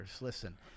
Listen